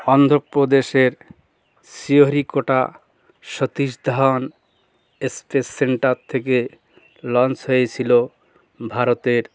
অন্ধ্রপ্রদেশের Sriharikota Satish Dhawan space centre থেকে launch হয়েছিল ভারতের